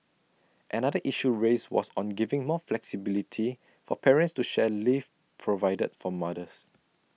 another issue raised was on giving more flexibility for parents to share leave provided for mothers